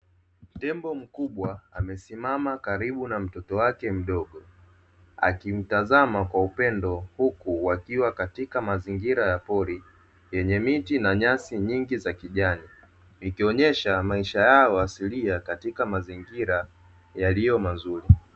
Tembo mkubwa amesimama karibu na mtoto wake mdogo, akimtazama kwa upendo huku wakiwa katika mazingira ya pori, lenye miti na nyasi nyingi za kijani, ikionyesha maisha yao asilia katika mazingira yaliyo mazuri.